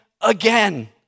again